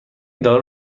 دارو